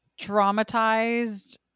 traumatized